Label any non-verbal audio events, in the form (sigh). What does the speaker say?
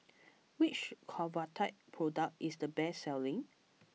(noise) which Convatec product is the best selling